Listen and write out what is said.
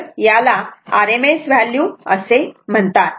तर याला RMS value असे म्हणतात